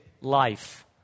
life